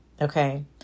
Okay